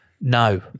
No